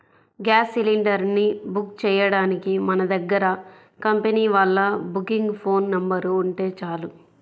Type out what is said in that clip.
gas cylinder ని book చెయ్యడానికి మన దగ్గర కంపెనీ వాళ్ళ బుకింగ్ ఫోన్ నెంబర్ ఉంటే చాలు